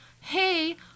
hey